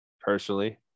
personally